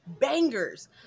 bangers